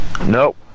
Nope